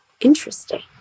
Interesting